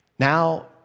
Now